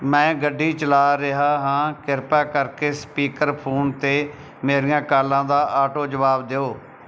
ਮੈਂ ਗੱਡੀ ਚਲਾ ਰਿਹਾ ਹਾਂ ਕਿਰਪਾ ਕਰਕੇ ਸਪੀਕਰ ਫ਼ੋਨ 'ਤੇ ਮੇਰੀਆਂ ਕਾਲਾਂ ਦਾ ਆਟੋ ਜਵਾਬ ਦਿਓ